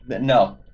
No